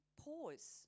pause